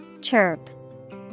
Chirp